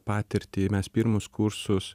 patirtį mes pirmus kursus